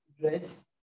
dress